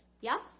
yes